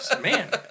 man